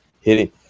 Hitting